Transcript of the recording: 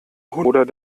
oder